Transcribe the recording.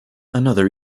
another